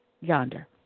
yonder